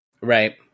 Right